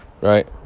right